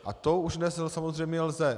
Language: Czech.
A to už dnes samozřejmě lze.